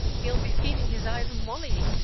he'll be feeding his eyes on molly,